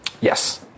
Yes